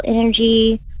energy